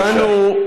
הגענו,